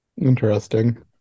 interesting